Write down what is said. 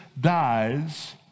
dies